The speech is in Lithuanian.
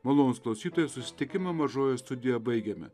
malonūs klausytojai susitikimą mažojoje studijoje baigiame